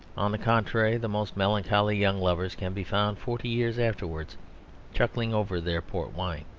on the contrary, the most melancholy young lovers can be found forty years afterwards chuckling over their port wine.